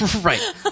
Right